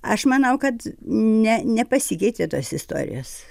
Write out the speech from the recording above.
aš manau kad ne nepasikeitė tos istorijos